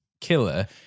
killer